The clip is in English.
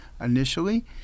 initially